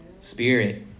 Spirit